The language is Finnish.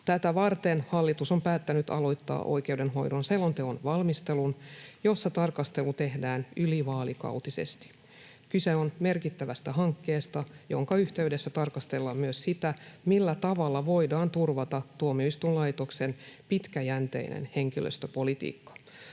Tätä varten hallitus on päättänyt aloittaa oikeudenhoidon selonteon valmistelun, jossa tarkastelu tehdään ylivaalikautisesti. Kyse on merkittävästä hankkeesta, jonka yhteydessä tarkastellaan myös sitä, millä tavalla voidaan turvata tuomioistuinlaitoksen pitkäjänteinen henkilöstöpolitiikka.